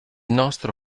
nostro